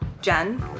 Jen